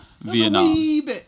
Vietnam